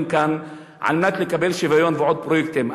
כאן על מנת לקבל שוויון ועוד פרויקטים.